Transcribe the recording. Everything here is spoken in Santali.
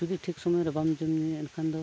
ᱡᱩᱫᱤ ᱴᱷᱤᱠ ᱥᱩᱢᱟᱹᱭᱨᱮ ᱵᱟᱢ ᱡᱚᱢ ᱧᱩᱭᱟ ᱮᱱᱠᱷᱟᱱ ᱫᱚ